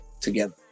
together